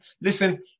listen